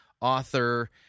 author